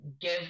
give